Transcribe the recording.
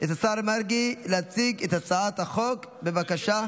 את השר מרגי להציג את הצעת החוק בשם